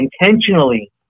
intentionally